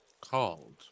Called